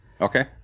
Okay